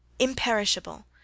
imperishable